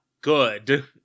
good